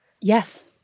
Yes